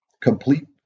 complete